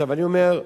אני אומר,